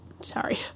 sorry